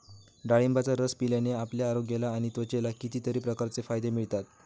डाळिंबाचा रस पिल्याने आपल्या आरोग्याला आणि त्वचेला कितीतरी प्रकारचे फायदे मिळतात